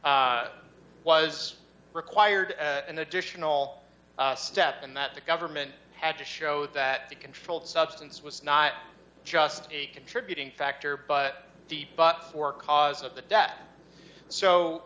was required an additional step and that the government had to show that the controlled substance was not just a contributing factor but deep but for cause of the debt